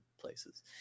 places